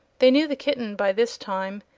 they knew the kitten, by this time,